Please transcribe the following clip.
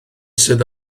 sydd